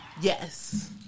Yes